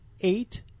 eight